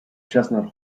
chestnut